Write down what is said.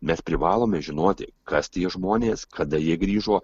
mes privalome žinoti kas tie žmonės kada jie grįžo